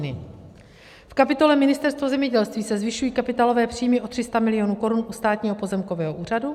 V kapitole Ministerstvo zemědělství se zvyšují kapitálové příjmy o 300 milionů korun u Státního pozemkového úřadu.